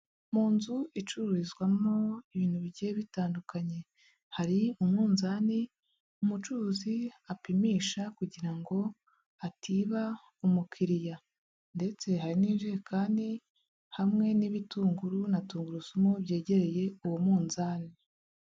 Mu nzu icururizwamo ibintu bigiye bitandukanye, hari umunzani umucuruzi apimisha kugira ngo atiba umukiriya ndetse hari n'injerekani hamwe n'ibitunguru na tungurusumu byegereye uwo munzani.